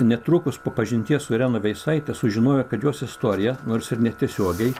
netrukus po pažinties su irena veisaite sužinojau kad jos istorija nors ir netiesiogiai